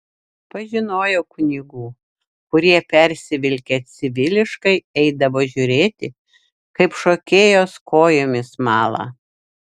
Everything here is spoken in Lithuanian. pažinojau kunigų kurie persivilkę civiliškai eidavo žiūrėti kaip šokėjos kojomis mala